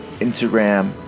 Instagram